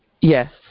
Yes